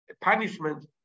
punishment